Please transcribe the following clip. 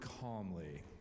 calmly